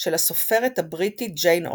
של הסופרת הבריטית ג'יין אוסטן.